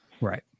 Right